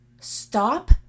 stop